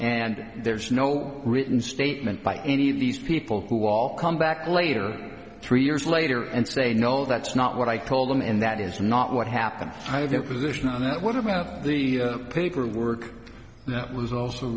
and there's no written statement by any of these people who all come back later three years later and say no that's not what i told them and that is not what happened your position on that what about the paperwork that was also